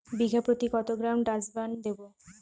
বিঘাপ্রতি কত gram Dursban দেবো?